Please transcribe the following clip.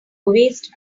waste